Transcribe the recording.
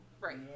Right